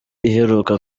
iheruka